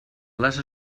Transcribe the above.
les